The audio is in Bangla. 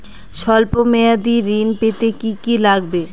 সল্প মেয়াদী ঋণ পেতে কি কি লাগবে?